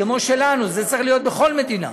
זה צריך להיות בכל מדינה,